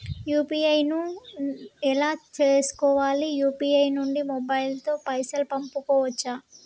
UPI ను ఎలా చేస్కోవాలి యూ.పీ.ఐ నుండి మొబైల్ తో పైసల్ పంపుకోవచ్చా?